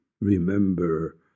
remember